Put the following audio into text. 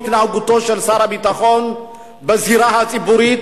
והתנהגותו של שר הביטחון בזירה הציבורית.